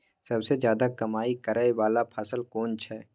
सबसे ज्यादा कमाई करै वाला फसल कोन छै?